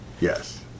Yes